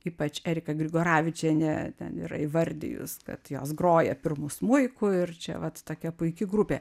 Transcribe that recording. ypač erika grigoravičienė ten yra įvardijus kad jos groja pirmu smuiku ir čia vat tokia puiki grupė